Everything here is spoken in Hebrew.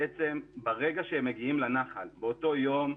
ברגע שהם מגיעים לנחל באותו יום,